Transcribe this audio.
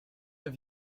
have